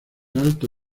alto